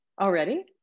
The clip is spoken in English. Already